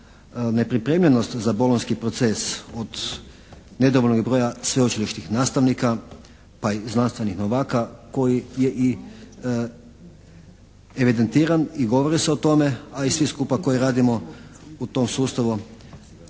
nepripremljenost za Bolonjski proces od nedovoljnog broja sveučilišnih nastavnika pa i znanstvenih novaka koji je i evidentiran i govori se o tome a i svi skupa koji radimo u tom sustavu